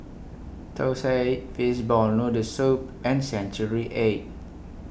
Thosai Fishball Noodle Soup and Century Egg